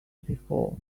before